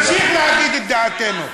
נמשיך להגיד את דעתנו.